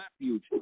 refuge